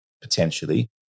potentially